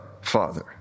Father